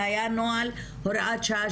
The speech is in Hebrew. זה היה נוהל הוראה שעה,